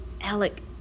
Alec